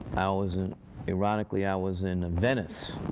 ah was in ironically i was in venice,